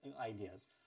ideas